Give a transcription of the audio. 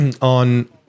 on